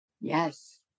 Yes